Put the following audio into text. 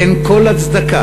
אין כל הצדקה,